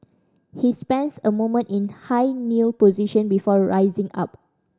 he spends a moment in high kneel position before rising up